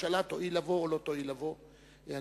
הממשלה בגלל החלטות והכרעות כנסת חפוזות,